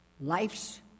life's